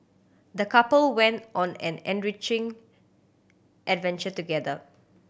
the couple went on an enriching adventure together